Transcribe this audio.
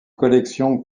collections